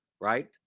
right